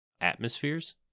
atmospheres